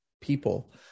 people